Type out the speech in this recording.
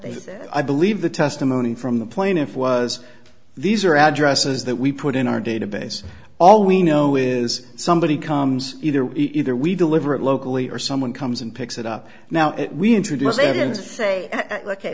say i believe the testimony from the plaintiff was these are addresses that we put in our database all we know is somebody comes either either we deliver it locally or someone comes and picks it up now we introduce